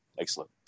Excellent